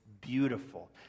beautiful